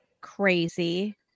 crazy